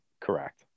Correct